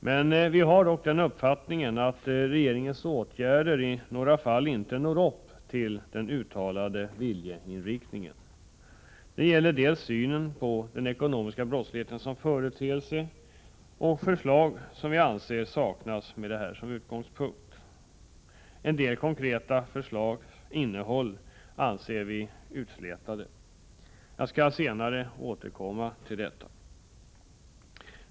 Men vi har den uppfattningen att regeringens åtgärder i några fall inte når upp till den uttalade viljeinriktningen. Det gäller synen på den ekonomiska brottsligheten som företeelse, det gäller också att vi anser att förslag saknas med detta som utgångspunkt. Innehållet i en del konkreta förslag anser vi vara för utslätat. Jag skall senare återkomma till detta.